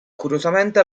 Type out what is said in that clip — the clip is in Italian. curiosamente